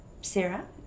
Sarah